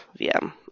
VM